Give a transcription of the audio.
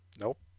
Nope